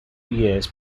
years